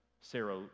Sarah